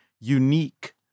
unique